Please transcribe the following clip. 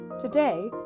Today